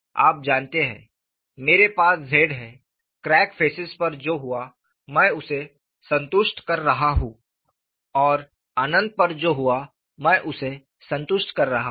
आप जानते हैं मेरे पास Z है क्रैक फेसेस पर जो हुआ मैं उसे संतुष्ट कर रहा हूं और अनंत पर जो हुआ मैं उसे संतुष्ट कर रहा हूं